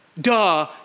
duh